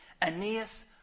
Aeneas